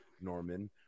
Norman